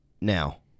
Now